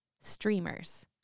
Streamers